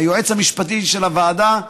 היועץ המשפטי של הוועדה,